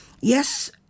Yes